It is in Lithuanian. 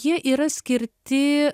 jie yra skirti